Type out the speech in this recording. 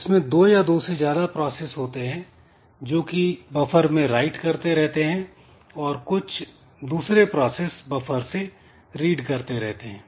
इसमें दो या दो से ज्यादा प्रोसेस होते हैं जो कि बफर में राइट करते रहते हैं और कुछ दूसरे प्रोसेस बफर से रीड करते रहते हैं